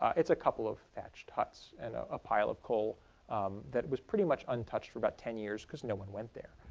a couple of thatched huts and ah a pile of coal that was pretty much untouched for about ten years because no one went there.